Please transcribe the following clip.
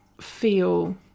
feel